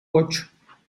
ocho